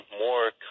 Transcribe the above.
more